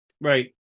Right